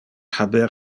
haber